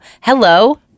Hello